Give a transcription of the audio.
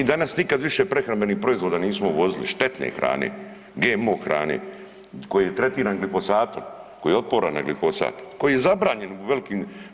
Mi danas nikad više prehrambenih proizvoda nismo uvozili, štetne hrane, GMO hrane, koji je tretiran glifosatom, koji je otporan na glifosat, koji je zabranjen u velikim.